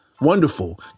Wonderful